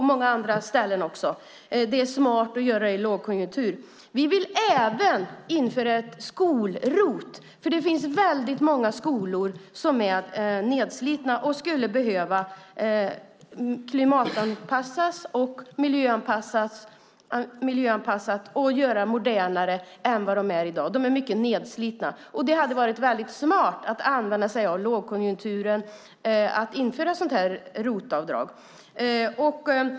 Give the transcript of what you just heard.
Det är smart att göra i lågkonjunktur. Vi vill även införa ett skol-ROT. Det finns väldigt många skolor som är nedslitna och skulle behöva klimatanpassas, miljöanpassas och göras mycket modernare än vad de är i dag. De är mycket nedslitna. Det hade varit väldigt smart att införa ett sådant ROT-avdrag och använda sig av lågkonjunkturen.